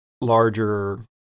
larger